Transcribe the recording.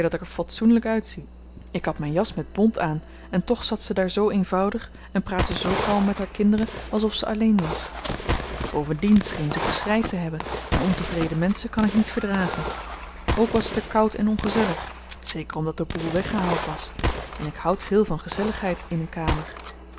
er fatsoenlyk uitzie ik had mijn jas met bont aan en toch zat ze daar zoo eenvoudig en praatte zoo kalm met haar kinderen alsof ze alleen was bovendien ze scheen geschreid te hebben en ontevreden menschen kan ik niet verdragen ook was t er koud en ongezellig zeker omdat de boel weggehaald was en ik houd veel van gezelligheid in een kamer